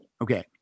Okay